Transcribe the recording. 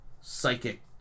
psychic